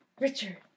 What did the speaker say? Richard